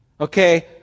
Okay